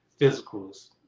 physicals